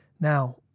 Now